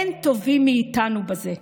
אין טובים מאיתנו בזה,